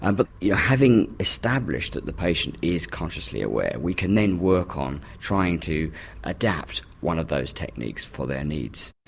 and but yeah having established that the patient is consciously aware, we can then work on trying to adapt one of those techniques for their needs.